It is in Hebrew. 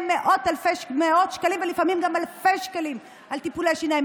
מאות שקלים ולפעמים גם אלפי שקלים על טיפולי שיניים.